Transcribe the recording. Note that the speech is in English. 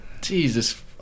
Jesus